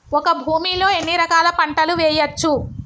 ఒక భూమి లో ఎన్ని రకాల పంటలు వేయచ్చు?